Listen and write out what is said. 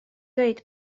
dweud